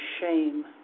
shame